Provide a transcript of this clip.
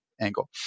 angle